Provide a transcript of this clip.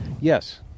Yes